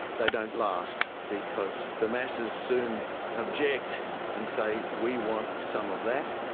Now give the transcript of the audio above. they don't last because the masses soon object and say we want some of that,